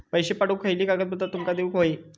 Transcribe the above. पैशे पाठवुक खयली कागदपत्रा तुमका देऊक व्हयी?